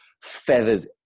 feathers